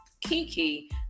Kiki